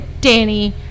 Danny